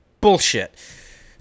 bullshit